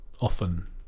often